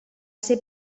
ser